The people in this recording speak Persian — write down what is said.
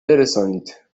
برسانید